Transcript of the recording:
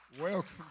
Welcome